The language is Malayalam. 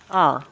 ആ